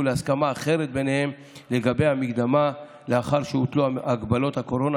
להסכמה אחרת ביניהם לגבי המקדמה לאחר שהוטלו הגבלות הקורונה,